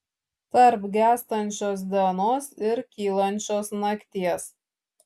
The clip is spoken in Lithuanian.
tarp gęstančios dienos ir kylančios nakties